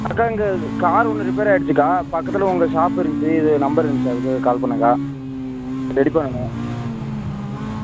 அக்கா இங்கே கார் ஒன்று ரிப்பேர் ஆகிடுச்சிக்கா பக்கத்தில் உங்கள் ஷாப் இருந்துச்சு இதில் ஒரு நம்பர் இருந்துச்சு அதுக்காக கால் பண்ணுணேக்கா ரெடி பண்ணனும் ம் ம்